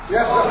Yes